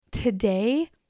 Today